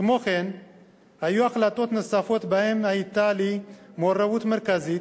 כמו כן היו החלטות נוספות שבהן היתה לי מעורבות מרכזית: